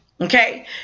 Okay